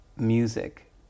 music